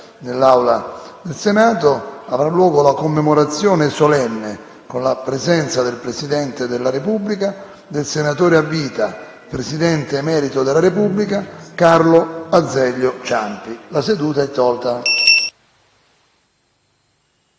nell'Aula del Senato avrà luogo la commemorazione solenne, alla presenza del Presidente della Repubblica, del senatore a vita, Presidente emerito della Repubblica Carlo Azeglio Ciampi. La seduta è tolta